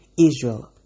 Israel